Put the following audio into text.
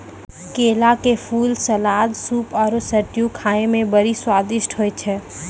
केला के फूल, सलाद, सूप आरु स्ट्यू खाए मे बड़ी स्वादिष्ट होय छै